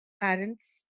parents